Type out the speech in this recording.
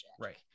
right